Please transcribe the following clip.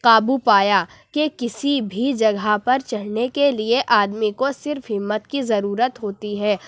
قابو پایا کہ کسی بھی جگہ پر چڑھنے کے لیے آدمی کو صرف ہمت کی ضرورت ہوتی ہے